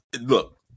Look